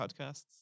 podcasts